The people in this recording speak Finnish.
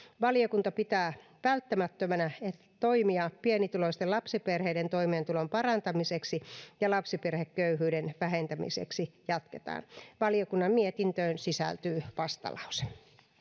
valiokunta pitää välttämättömänä että toimia pienituloisten lapsiperheiden toimeentulon parantamiseksi ja lapsiperheköyhyyden vähentämiseksi jatketaan valiokunnan mietintöön sisältyy vastalause